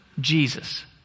Jesus